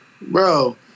Bro